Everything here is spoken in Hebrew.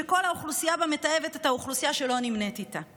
שכל אוכלוסייה בה מתעבת את האוכלוסייה שלא נמנית איתה?